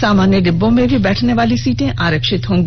सामान्य डिब्बों में भी बैठने वाली सीटें आरक्षित होंगी